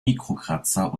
mikrokratzer